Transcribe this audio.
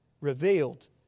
revealed